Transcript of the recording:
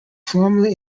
formerly